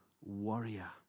warrior